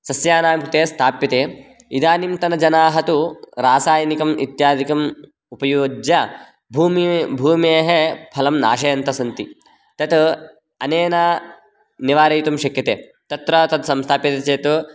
सस्यानां कृते स्थाप्यते इदानीन्तनजनाः तु रासायनिकम् इत्यादिकम् उपयुज्य भूमि भूमौ फलं नाशयन्तः सन्ति तत् अनेन निवारयितुं शक्यते तत्र तत् संस्थाप्यते चेत्